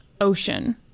ocean